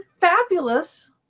fabulous